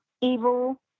evil